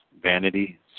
vanity